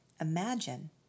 imagine